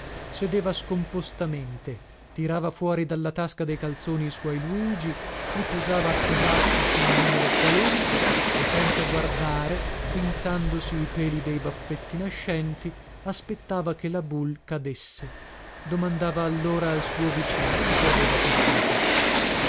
sedeva scompostamente tirava fuori dalla tasca dei calzoni i suoi luigi li posava a casaccio su un numero qualunque e senza guardare pinzandosi i peli dei baffetti nascenti aspettava che la boule cadesse domandava allora al suo vicino se aveva perduto